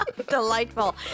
Delightful